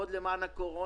עושה בקרה